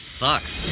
sucks